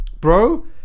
Bro